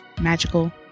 magical